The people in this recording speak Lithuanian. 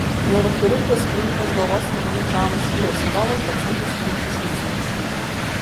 neurochirurgijos klinikos galvos smegenų traumų skyriaus vadovas docentas rimantas vilcinis